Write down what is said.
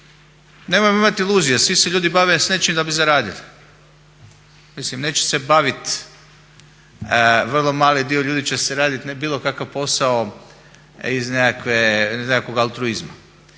nemojmo imati iluzije, svi se ljudi bave s nečim da bi zaradili. Mislim neće se baviti, vrlo mali dio ljudi će raditi bilo kakav posao iz nekakvog altruizma.